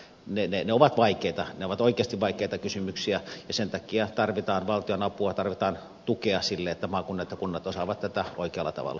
ne ovat vaikeita ne ovat oikeasti vaikeita kysymyksiä ja sen takia tarvitaan valtion apua tarvitaan tukea sille että maakunnat ja kunnat osaavat tätä oikealla tavalla edistää